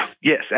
Yes